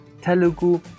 Telugu